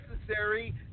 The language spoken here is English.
necessary